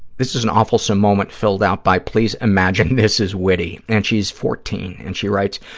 this is an awfulsome moment filled out by please imagine this is witty, and she's fourteen and she writes,